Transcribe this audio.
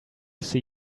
see